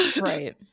right